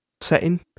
setting